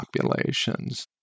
populations